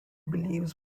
believes